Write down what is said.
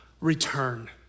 Return